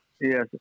Yes